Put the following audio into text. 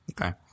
Okay